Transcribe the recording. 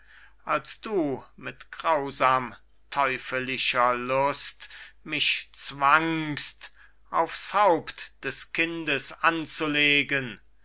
als du mit grausam teufelischer lust mich zwangst aufs haupt des kindes anzulegen